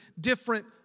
different